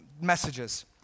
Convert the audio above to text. messages